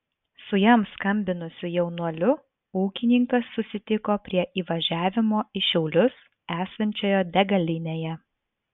su jam skambinusiu jaunuoliu ūkininkas susitiko prie įvažiavimo į šiaulius esančioje degalinėje